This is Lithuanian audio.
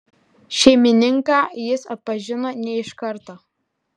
šeimininką jis atpažino ne iš karto